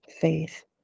faith